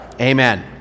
Amen